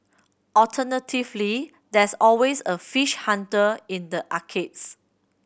alternatively there's always a Fish Hunter in the arcades